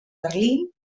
berlín